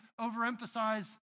overemphasize